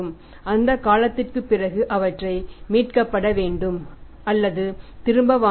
அந்தக் காலத்திற்குப் பிறகு அவற்றை மீட்கப்பட வேண்டும் அல்லது திரும்ப வாங்க வேண்டும்